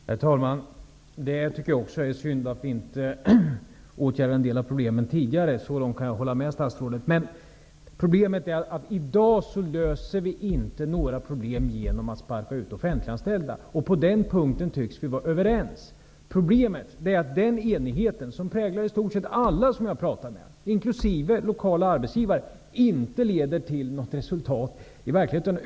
Herr talman! Jag tycker också att det är synd att vi inte åtgärdade en del av problemen tidigare -- så långt kan jag hålla med statsrådet. Men i dag löser vi inte några problem genom att sparka ut offentliganställda. På den punkten tycks vi vara överens. Problemet är att den enigheten, som präglar i stor sett alla som jag har pratat med inkl. lokala arbetsgivare, inte leder till något resultat i verkligheten.